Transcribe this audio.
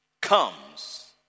comes